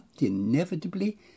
inevitably